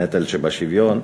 הנטל שבשוויון,